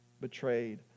betrayed